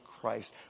Christ